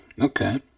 okay